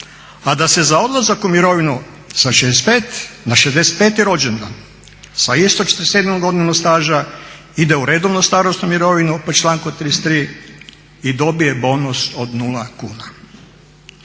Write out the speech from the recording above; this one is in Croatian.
a da se za odlazak u mirovinu sa 65 na 65. rođendan sa isto 41 godinom staža ide u redovnu starosnu mirovinu po članku 33. i dobije bonus od nula kuna.